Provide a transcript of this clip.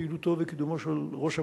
פעילותו וקידומו של ראש הממשלה.